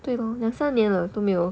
对 lor 两三年了都没有